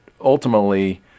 ultimately